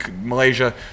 malaysia